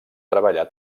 treballar